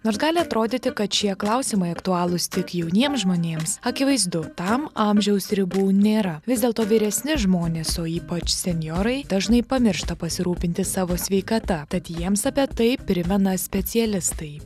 nors gali atrodyti kad šie klausimai aktualūs tik jauniems žmonėms akivaizdu tam amžiaus ribų nėra vis dėlto vyresni žmonės o ypač senjorai dažnai pamiršta pasirūpinti savo sveikata tad jiems apie tai primena specialistai